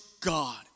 God